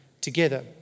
together